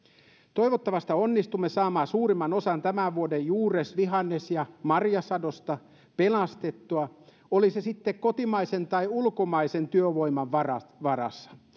toivottavasti onnistumme saamaan suurimman osan tämän vuoden juures vihannes ja marjasadosta pelastettua oli se sitten kotimaisen tai ulkomaisen työvoiman varassa varassa